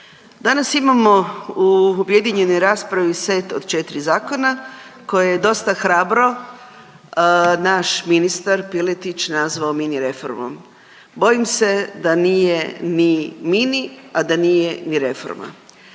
Danas imamo u objedinjenoj raspravi set od 4 zakona koje je dosta hrabro naš ministar Piletić, nazvao mini reformom. Bojim se da nije ni mini, a da nije ni reforma.